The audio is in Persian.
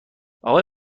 آقای